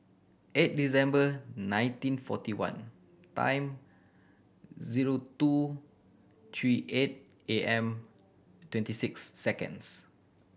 eight December nineteen forty one time zero two three eight A M twenty six seconds